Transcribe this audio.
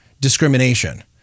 discrimination